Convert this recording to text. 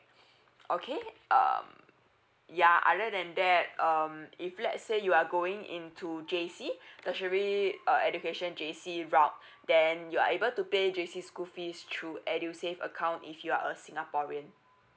okay um ya other than that um if let say you are going into J_C tertiary uh education J_C route then you are able to pay J_C school fees through edusave account if you're a singaporean